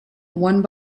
one